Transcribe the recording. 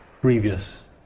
previous